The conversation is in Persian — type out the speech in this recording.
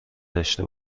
داشته